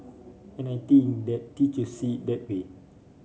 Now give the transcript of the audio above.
and I think their teacher see that way